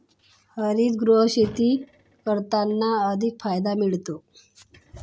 हरितगृह शेती करताना अधिक फायदा मिळतो